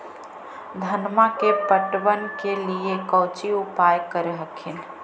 धनमा के पटबन के लिये कौची उपाय कर हखिन?